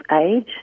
age